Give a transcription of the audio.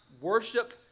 worship